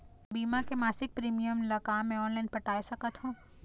बीमा के मासिक प्रीमियम ला का मैं ऑनलाइन पटाए सकत हो?